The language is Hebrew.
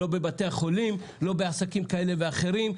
בבתי החולים, בעסקים כאלה ואחרים.